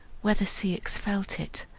whether ceyx felt it,